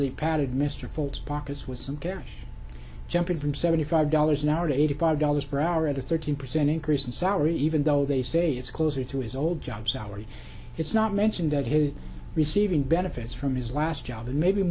they patted mr fuld pockets with some care jumping from seventy five dollars an hour to eighty five dollars per hour at a thirteen percent increase in salary even though they say it's closer to his old job salary it's not mentioned that he's receiving benefits from his last job maybe